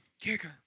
Kicker